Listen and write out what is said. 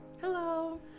Hello